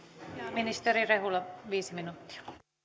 ministeri rehula viisi minuuttia